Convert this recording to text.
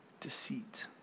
deceit